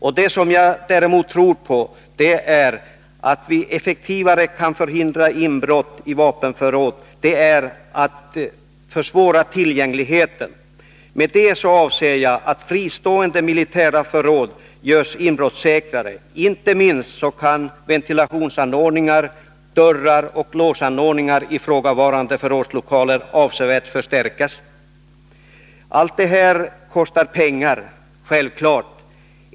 Vad jag däremot tror på är att vi effektivare kan förhindra inbrott i vapenförråd genom att försvåra tillgängligheten. Med detta avser jag att fristående militära förråd görs inbrottssäkrare. Inte minst kan ventilationsanordningar, dörrar och låsanordningar vid ifrågavarande förrådslokaler avsevärt förstärkas. Allt detta kostar pengar, självklart.